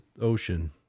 ocean